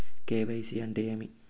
KYC అంటే ఏమి?